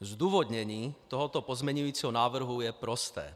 Zdůvodnění tohoto pozměňujícího návrhu je prosté.